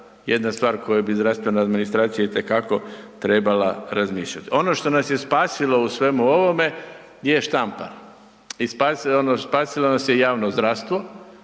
jedna stvar koju bi zdravstvena administracija itekako trebala razmišljati. Ono što nas je spasilo u svemu ovome je Štampar. I spasilo nas je javno zdravstvo